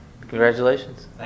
congratulations